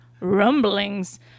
rumblings